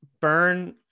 burn